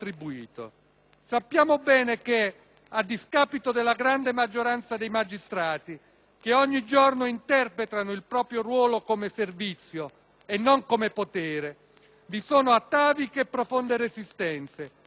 che ogni giorno interpretano il proprio ruolo come servizio e non come potere, vi sono ataviche e profonde resistenze, fuori e dentro la corporazione, che nella storia remota e recente dell'Italia repubblicana,